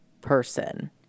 person